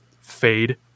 fade